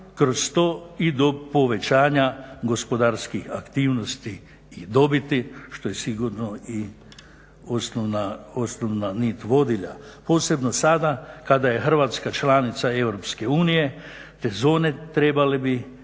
kroz to i do povećanja gospodarskih aktivnosti i dobiti što je sigurno osnovna nit vodilja, posebno sada kada je Hrvatska članica EU. Te zone trebale bi